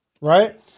Right